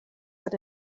but